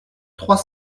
trois